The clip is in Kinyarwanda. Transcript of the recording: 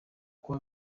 kuwa